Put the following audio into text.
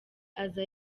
aza